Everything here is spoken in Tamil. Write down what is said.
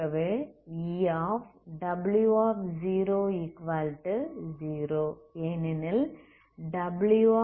ஆகவே Ew00 ஏனெனில் wx00